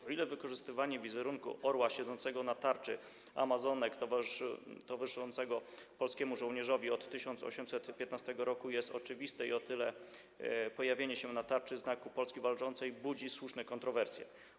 O ile wykorzystywanie wizerunku orła siedzącego na tarczy amazonek towarzyszącego polskiemu żołnierzowi od 1815 r. jest oczywiste, o tyle pojawienie się na tarczy Znaku Polski Walczącej budzi słuszne kontrowersje.